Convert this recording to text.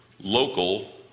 local